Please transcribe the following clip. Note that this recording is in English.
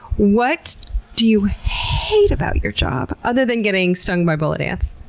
what do you haaaate about your job, other than getting stung by bullet ants?